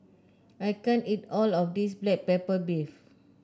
I can't eat all of this Black Pepper Beef